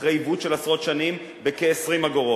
אחרי עיוות של עשרות שנים בכ-20 אגורות.